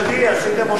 נתקבלו.